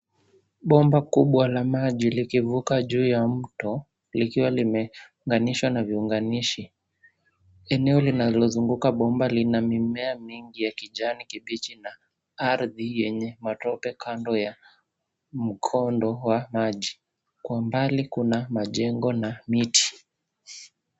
Bomba kubwa la maji likivuka juu ya mto likiwa limeunganishwa na viunganishi. Eneo linalozunguka bomba lina mimea mingi ya kijani kibichi na ardhi yenye matope kando ya mkondo wa maji. Kwa mbali kuna majengo na miti.